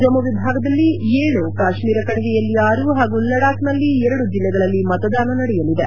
ಜಮ್ಮು ವಿಭಾಗದಲ್ಲಿ ಏಳು ಕಾಶ್ಮೀರ ಕಣಿವೆಯಲ್ಲಿ ಆರು ಹಾಗೂ ಲಡಾಕ್ ನಲ್ಲಿ ಎರಡು ಜಿಲ್ಲೆಗಳಲ್ಲಿ ಮತದಾನ ನಡೆಯಲಿದೆ